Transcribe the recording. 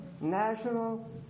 national